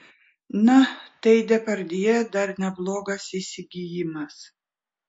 na tai depardjė dar neblogas įsigijimas